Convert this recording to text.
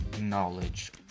knowledge